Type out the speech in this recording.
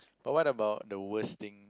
but what about the worse thing